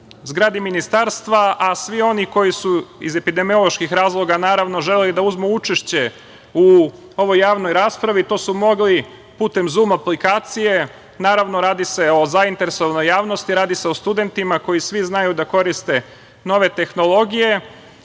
zgradi Ministarstva, a svi oni koji su iz epidemioloških razloga želeli da uzmu učešće u ovoj javnoj raspravi, to su mogli putem „zum“ aplikacije. Naravno, radi se o zainteresovanoj javnosti i radi se o studentima, koji svi znaju da koriste nove tehnologije. Posle